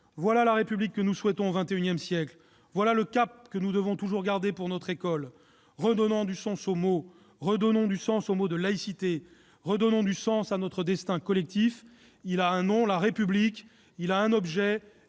Voilà la République que nous souhaitons au XXI siècle. Voilà le cap que nous devons toujours garder pour notre école. Redonnons du sens au mot « laïcité », redonnons du sens à notre destin collectif. Ce dernier a un nom : la République ; il a un objet